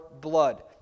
blood